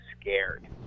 scared